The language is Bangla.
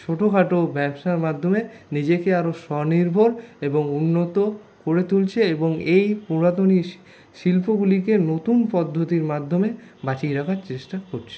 ছোটো খাটো ব্যবসার মাধ্যমে নিজেকে আরও স্বনির্ভর এবং উন্নত করে তুলছে এবং এই পুরাতনী শিল্পগুলিকে নতুন পদ্ধতির মাধ্যমে বাঁচিয়ে রাখার চেষ্টা করছে